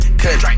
cut